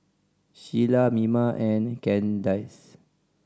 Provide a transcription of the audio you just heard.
Shiela Mima and Kandice